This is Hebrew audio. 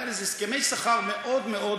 היו הסכמי שכר מבולבלים